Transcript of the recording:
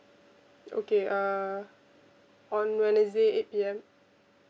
okay uh on wednesday eight P_M